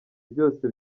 byose